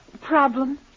Problem